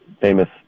famous